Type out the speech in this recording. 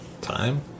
time